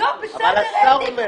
אבל השר אומר את זה.